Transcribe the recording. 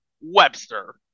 webster